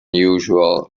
usual